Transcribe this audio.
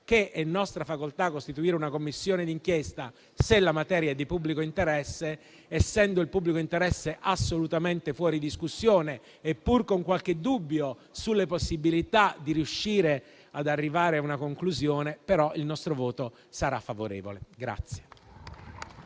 che è nostra facoltà costituire una Commissione d'inchiesta, se la materia è di pubblico interesse, essendo il pubblico interesse assolutamente fuori discussione, pur con qualche dubbio sulle possibilità di riuscire ad arrivare a una conclusione, il nostro voto sarà favorevole.